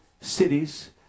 cities